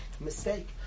mistake